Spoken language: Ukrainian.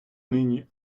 нині